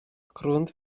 grund